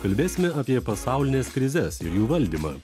kalbėsime apie pasaulines krizes ir jų valdymą